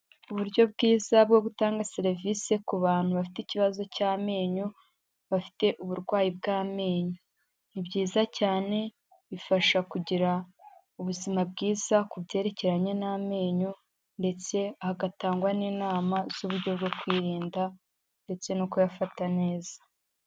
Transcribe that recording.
Uburyo bwiza bwo gutanga serivisi ku bantu bafite ikibazo cy'amenyo, bafite uburwayi bw'amenyo, ni byiza cyane bifasha kugira ubuzima bwiza ku byerekeranye n'amenyo ndetse hagatangwa n'inama z'uburyo bwo kurinda, ndetse no kuyafata neza.